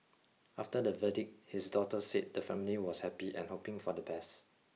after the verdict his daughter said the family was happy and hoping for the best